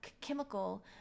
chemical